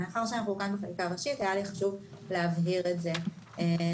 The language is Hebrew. מאחר ואנחנו כאן בחקיקה ראשית היה לי חשוב להבהיר את זה לפרוטוקול.